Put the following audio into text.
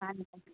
आ